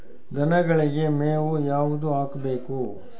ದನಗಳಿಗೆ ಮೇವು ಯಾವುದು ಹಾಕ್ಬೇಕು?